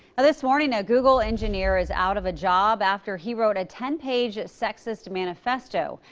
and this morning, a google engineer is out of job, after he wrote a ten page sexist manifesto.